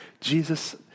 Jesus